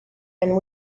and